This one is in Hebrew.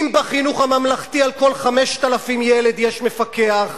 אם בחינוך הממלכתי על כל 5,000 ילד יש מפקח,